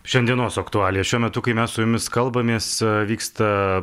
šiandienos aktualijos šiuo metu kai mes su jumis kalbamės vyksta